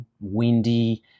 windy